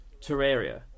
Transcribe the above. Terraria